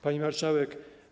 Pani Marszałek!